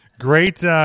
Great